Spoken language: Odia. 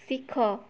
ଶିଖ